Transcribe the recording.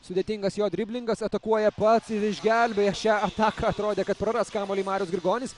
sudėtingas jo driblingas atakuoja pats ir išgelbėja šią ataką atrodė kad praras kamuolį marius grigonis